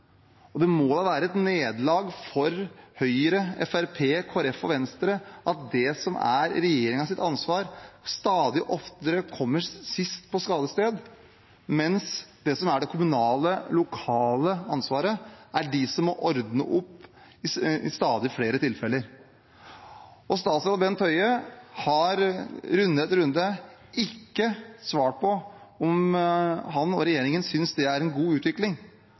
ansvar. Det må jo være et nederlag for Høyre, Fremskrittspartiet, Kristelig Folkeparti og Venstre at de som er under regjeringens ansvar, stadig oftere kommer sist til et skadested, mens de som er under det kommunale, lokale ansvaret, er de som må ordne opp i stadig flere tilfeller. Statsråd Bent Høie har i runde etter runde ikke svart på om han og regjeringen synes det er en god utvikling